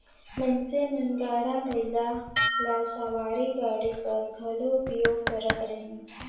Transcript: मइनसे मन गाड़ा बइला ल सवारी गाड़ी कस घलो उपयोग करत रहिन